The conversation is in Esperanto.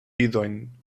idojn